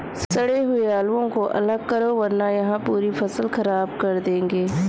सड़े हुए आलुओं को अलग करो वरना यह पूरी फसल खराब कर देंगे